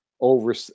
over